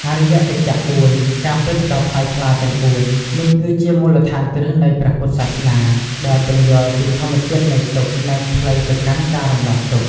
អរិយសច្ចៈ ៤ ការពិតដ៏ថ្លៃថ្លាទាំងបួន នេះគឺជាមូលដ្ឋានគ្រឹះនៃព្រះពុទ្ធសាសនា ដែលពន្យល់ពីធម្មជាតិនៃទុក្ខ និងផ្លូវទៅកាន់ការរំដោះទុក្ខ។